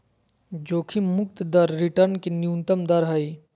जोखिम मुक्त दर रिटर्न के न्यूनतम दर हइ